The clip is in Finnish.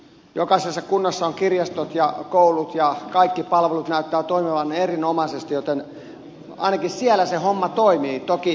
jokaisessa kunnassa on kirjastot ja koulut ja kaikki palvelut näyttävät toimivan erinomaisesti joten ainakin siellä se homma toimii toki valtion avustuksella